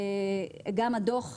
גם הדוח,